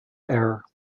air